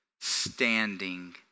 standing